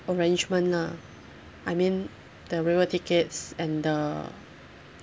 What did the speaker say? arrangement lah I mean the railway tickets and the